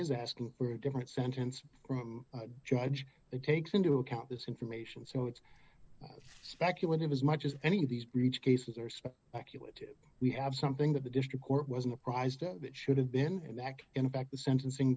is asking for a different sentence from judge that takes into account this information so it's speculative as much as any of these reach cases or so we have something that the district court wasn't apprised of that should have been back in fact the sentencing